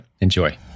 Enjoy